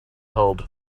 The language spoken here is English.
held